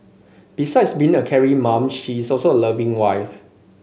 besides being a caring mom she is also a loving wife